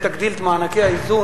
כי זה מצרך יסוד,